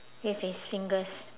with his fingers